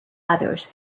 others